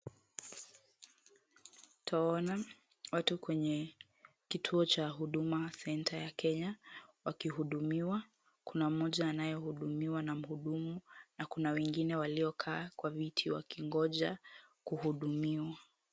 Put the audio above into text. Twaona watu kwenye kituo cha Huduma Centre ya Kenya wakihudumiwa. Kuna mmoja anayehudumiwa na mhudumu na kuna wengine waliokaa kwa viti wakingoja kuhudumiwa.